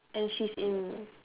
and she's in